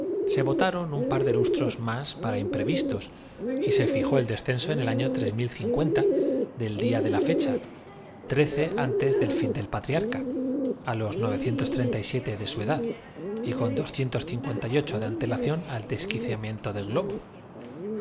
se votaron mos un par de lustros más para imprevistos y se fijó el descenso el año ómo i ezto ni zube ni baja en del día de la fecha trece antes no del fin del patriarca á los de su edad y con de puez ací ce quedó quevedo antelación al desquiciamiento del globo